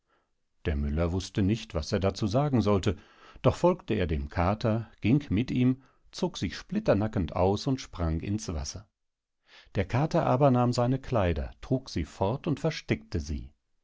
der müller wußte nicht was er dazu sagen sollte doch folgte er dem kater ging mit ihm zog sich splinternackend aus und sprang ins wasser der kater aber nahm seine kleider trug sie fort und versteckte sie